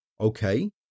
Okay